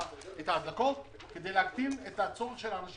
הפעולה האחרונה שנעשתה, גם בתקציב שאנחנו העמדנו,